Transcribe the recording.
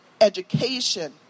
education